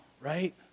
right